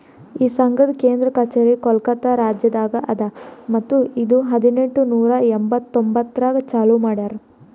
ಈ ಸಂಘದ್ ಕೇಂದ್ರ ಕಚೇರಿ ಕೋಲ್ಕತಾ ರಾಜ್ಯದಾಗ್ ಅದಾ ಮತ್ತ ಇದು ಹದಿನೆಂಟು ನೂರಾ ಎಂಬತ್ತೊಂದರಾಗ್ ಚಾಲೂ ಮಾಡ್ಯಾರ್